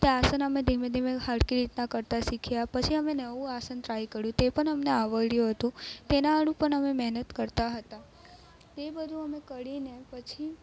તે આસન અમે ધીમે ધીમે સરખી રીતના કરતાં શીખ્યા પછી અમે નવું આસન ટ્રાય કર્યું તે પણ અમને આવડ્યું હતું તેના સારું પણ અમે મહેનત કરતાં હતા તે બધું અમે કરી અને પછી